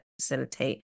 facilitate